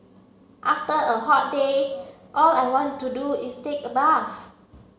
after a hot day all I want to do is take a bath